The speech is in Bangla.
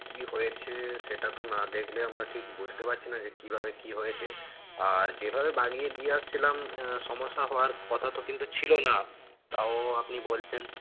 কী হয়েছে সেটা তো না দেখলে আমরা ঠিক বুঝতে পারছি না যে কীভাবে কী হয়েছে আর যেভাবে বাগিয়ে দিয়ে এসেছিলাম সমস্যা হওয়ার কথা তো কিন্তু ছিল না তাও আপনি বলছেন